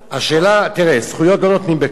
השאלה, תראה, זכויות לא נותנים בכוח.